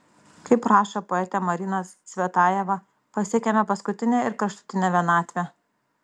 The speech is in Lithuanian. kaip rašo poetė marina cvetajeva pasiekiame paskutinę ir kraštutinę vienatvę